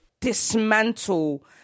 dismantle